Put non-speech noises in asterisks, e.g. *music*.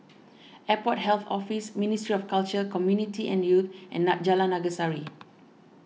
Airport Health Office Ministry of Culture Community and Youth and *unintelligible* Jalan Naga Sari